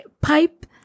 pipe